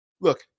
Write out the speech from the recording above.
Look